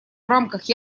рамках